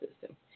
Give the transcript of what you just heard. system